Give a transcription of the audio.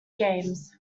games